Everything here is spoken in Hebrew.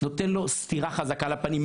נותן לו סטירה חזקה לפנים,